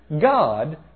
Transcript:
God